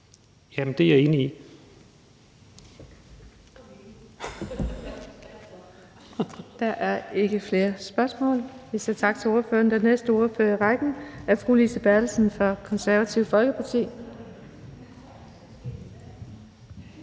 formand (Birgitte Vind): Der er ikke flere spørgsmål. Vi siger tak til ordføreren. Den næste ordfører i rækken er fru Lise Bertelsen fra Det Konservative Folkeparti.